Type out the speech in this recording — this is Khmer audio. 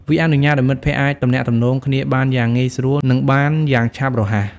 វាអនុញ្ញាតឱ្យមិត្តភ័ក្តិអាចទំនាក់ទំនងគ្នាបានយ៉ាងងាយស្រួលនិងបានយ៉ាងឆាប់រហ័ស ។